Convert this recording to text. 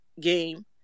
game